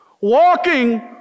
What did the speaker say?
Walking